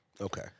Okay